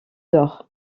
dort